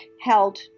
held